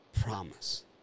Promise